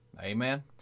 Amen